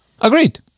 Agreed